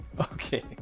Okay